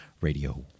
Radio